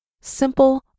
Simple